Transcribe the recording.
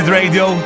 radio